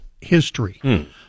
history